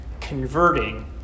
converting